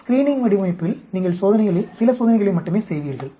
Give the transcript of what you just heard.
screening வடிவமைப்பில் நீங்கள் சில சோதனைகளை மட்டுமே செய்வீர்கள்